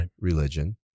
religion